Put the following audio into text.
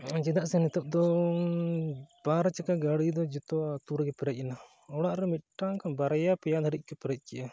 ᱱᱚᱜᱼᱚᱭ ᱪᱮᱫᱟᱜ ᱥᱮ ᱱᱤᱛᱚᱜ ᱫᱚᱻ ᱵᱟᱨ ᱪᱟᱠᱟ ᱜᱟᱹᱲᱤᱫᱚ ᱡᱚᱛᱚ ᱟᱹᱛᱩ ᱨᱮᱜᱮ ᱯᱮᱨᱮᱡ ᱮᱱᱟ ᱚᱲᱟᱜᱨᱮ ᱢᱤᱫᱴᱟᱝ ᱵᱟᱨᱭᱟ ᱯᱮᱭᱟ ᱫᱷᱟᱹᱨᱤᱡ ᱠᱚ ᱯᱮᱨᱮᱡ ᱠᱮᱫᱼᱟ